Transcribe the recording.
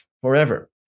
Forever